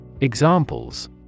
Examples